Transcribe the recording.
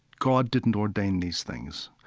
god didn't ordain these things.